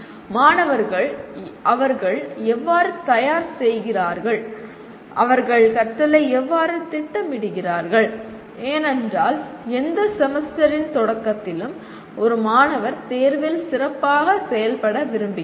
மாணவர்கள் அவர்கள் எவ்வாறு தயார் செய்கிறார்கள் அவர்கள் கற்றலை எவ்வாறு திட்டமிடுகிறார்கள் ஏனென்றால் எந்த செமஸ்டரின் தொடக்கத்திலும் ஒரு மாணவர் தேர்வில் சிறப்பாக செயல்பட விரும்புகிறார்